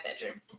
bedroom